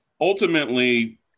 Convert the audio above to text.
ultimately